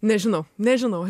nežinau nežinau